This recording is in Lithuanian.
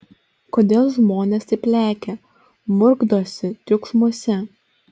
kodėl žmonės taip lekia murkdosi triukšmuose